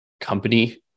company